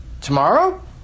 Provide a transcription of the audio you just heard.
tomorrow